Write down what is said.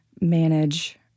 manage